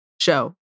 show